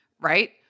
right